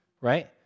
right